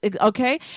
Okay